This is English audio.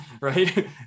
right